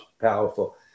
powerful